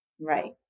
Right